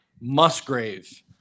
Musgrave